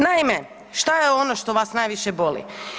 Naime, šta je ono što vas najviše boli?